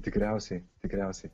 tikriausiai tikriausiai